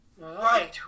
Right